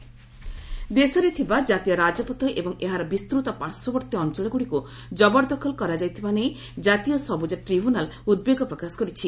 green ହାଇଓ୍ବେକ୍ NGT ଦେଶରେ ଥିବା ଜାତୀୟ ରାଜପଥ ଏବଂ ଏହାର ବିସ୍ତୃତ ପାର୍ଶ୍ୱବର୍ତ୍ତୀ ଅଞ୍ଚଳଗୁଡ଼ିକୁ ଜବରଦଖଲ କରାଯାଇଥିବା ନେଇ ଜାତୀୟ ସବୁଜ ଟ୍ରିବ୍ୟୁନାଲ୍ ଉଦ୍ବେଗ ପ୍ରକାଶ କରିଛି